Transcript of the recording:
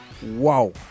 Wow